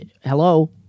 Hello